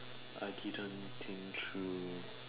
I didn't think through